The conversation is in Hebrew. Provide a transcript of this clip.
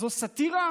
זו סאטירה